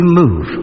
move